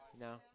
No